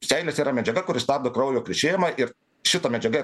seilėse yra medžiaga kuri stabdo kraujo krešėjimą ir šita medžiaga